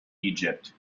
egypt